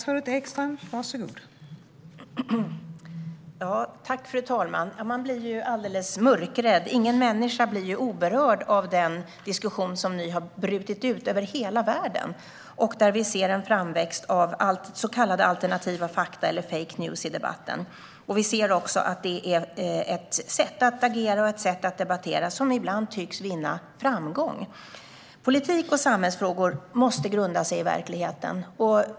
Fru talman! Man blir alldeles mörkrädd. Ingen människa blir oberörd av den diskussion som nu har brutit ut över hela världen. Vi ser en framväxt av så kallade alternativa fakta eller fake news i debatten. Vi ser också att det är ett sätt att agera och debattera som ibland tycks vinna framgång. Politik och samhällsfrågor måste grunda sig i verkligheten.